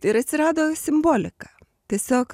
ir atsirado simbolika tiesiog